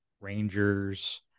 rangers